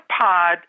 pod